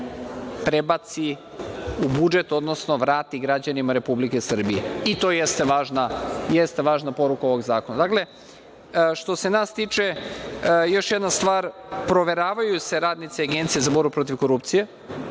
prebaci u budžet, odnosno vrati građanima Republike Srbije. I, to jeste važna poruka ovog zakona. Dakle, što se nas tiče, još jedna stvar, proveravaju se radnici Agencije za borbu protiv korupcije.